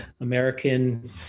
American